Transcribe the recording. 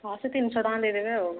ହଁ ସେ ତିନିଶହ ଟଙ୍କା ଦେଇଦେବେ ଆଉ